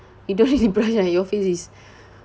you don't really blush ah your face is